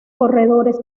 corredores